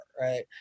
right